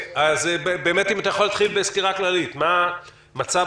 אם אתה יכול להתחיל בסקירה כללית: מה מצב